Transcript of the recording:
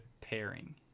pairing